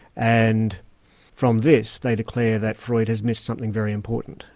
and from this they declare that freud has missed something very important,